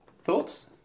Thoughts